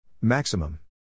Maximum